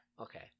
Okay